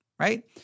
right